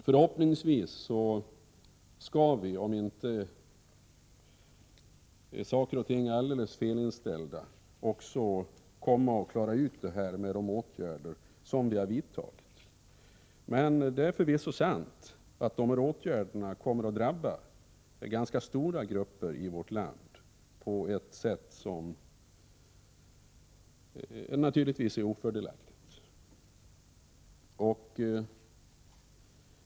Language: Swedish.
Förhoppningsvis skall vi, om inte saker och ting är alldeles felinställda, också komma att klara ut situationen med de åtgärder som vi har vidtagit. Men det är förvisso sant att de här åtgärderna kommer att drabba ganska stora grupper i vårt land på ett sätt som naturligtvis är ofördelaktigt.